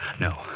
No